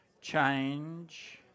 Change